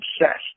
obsessed